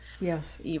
Yes